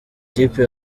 kipe